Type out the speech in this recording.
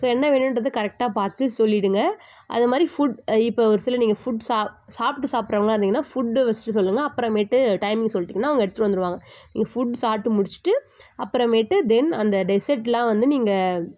so என்ன வேணுன்றத கரெக்டாக பார்த்து சொல்லிடுங்க அதுமாதிரி ஃபுட் இப்போது ஒரு சில நீங்கள் ஃபுட் சா சாப்பிட்டு சாப்பிட்றவங்களா இருந்தீங்கன்னா ஃபுட்டு ஃபஸ்ட்டு சொல்லுங்கள் அப்புறமேட்டு டைமிங் சொல்லிட்டீங்கன்னா அவங்க எடுத்துகிட்டு வந்துடுவாங்க நீங்கள் ஃபுட் சாப்பிட்டு முடிச்சுட்டு அப்புறமேட்டு தென் அந்த டெஸர்ட்லாம் வந்து நீங்கள்